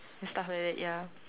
and stuff like that ya